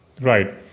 Right